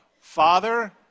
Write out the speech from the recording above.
Father